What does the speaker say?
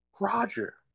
Roger